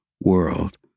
world